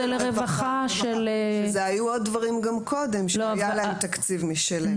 זה לרווחה של --- זה היו עוד דברים גם קודם שהיה להם תקציב משלהם.